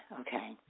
okay